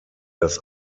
das